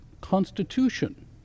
Constitution